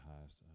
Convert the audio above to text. highest